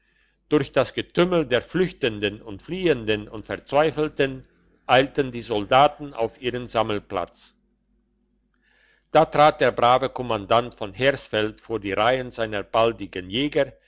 durch das getümmel der flüchtenden und fliehenden und verzweifelten eilten die soldaten auf ihren sammelplatz da trat der brave kommandant von hersfeld vor die reihen seiner baldigen jäger